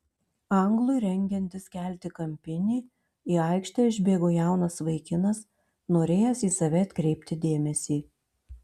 anglui rengiantis kelti kampinį į aikštę išbėgo jaunas vaikinas norėjęs į save atkreipti dėmesį